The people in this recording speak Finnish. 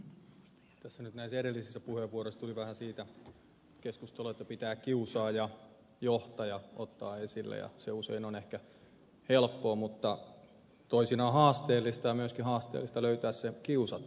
tässä nyt näissä edellisissä puheenvuoroissa tuli siitä keskustelua että pitää kiusaaja johtaja ottaa esille ja se usein on ehkä helppoa mutta toisinaan haasteellista ja myöskin haasteellista on löytää se kiusattu